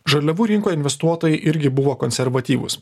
žaliavų rinkoj investuotojai irgi buvo konservatyvūs